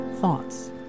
thoughts